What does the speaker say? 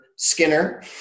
skinner